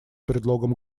предлогом